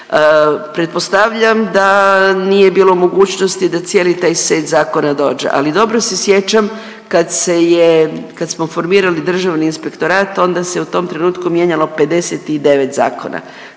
Pretpostavljam da nije bilo mogućnosti da cijeli taj set zakona dođe, ali dobro se sjećam kad se je, kad smo formirali državni inspektorat onda se u tom trenutku mijenjalo 59 zakona.